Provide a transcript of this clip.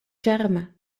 ĉarma